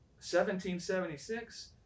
1776